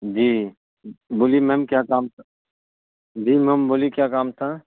جی بولیے میم کیا کام تھا جی میم بولیے کیا کام تھا